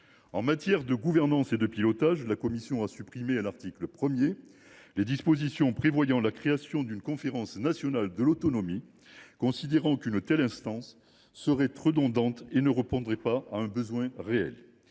En matière de gouvernance et de pilotage, la commission a supprimé, à l’article 1, les dispositions prévoyant la création d’une conférence nationale de l’autonomie, considérant qu’une telle instance serait redondante et ne répondrait pas à un besoin réel.